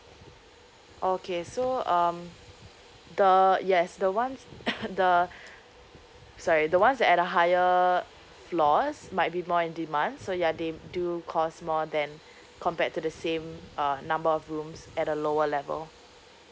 okay so um the yes the ones the sorry the ones that at a higher floors might be more in demand so yeah they do cost more than compared to the same uh number of rooms at a lower level